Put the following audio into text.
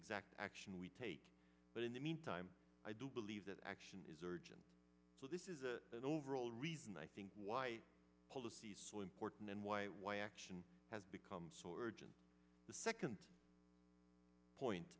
exact action we take but in the meantime i do believe that action is urgent so this is a an overall reason i think why policy is so important and why why action has become so urgent the second point